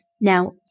Now